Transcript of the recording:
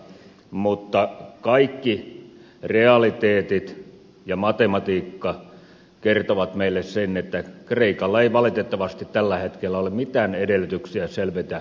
mutta kaikki realiteetit ja matematiikka kertovat meille sen että kreikalla ei valitettavasti tällä hetkellä ole mitään edellytyksiä selvitä omista veloistaan